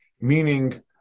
meaning